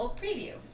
preview